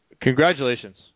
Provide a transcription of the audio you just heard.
congratulations